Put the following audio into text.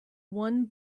one